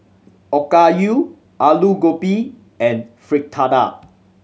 Okayu Alu Gobi and Fritada